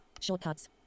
shortcuts